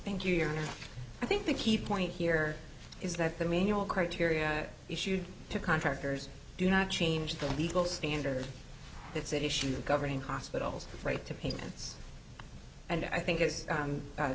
thank you your honor i think the key point here is that the main your criteria issued to contractors do not change the legal standard that's at issue governing hospitals right to payments and i think it